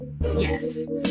yes